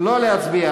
לא להצביע.